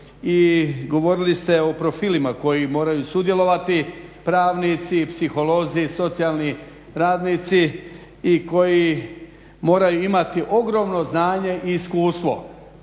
i govorili ste o profilima koji moraju sudjelovati, pravnici, psiholozi, socijalni radnici i koji moraju imati ogromno znanje i iskustvo.